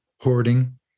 hoarding